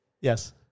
Yes